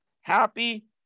happy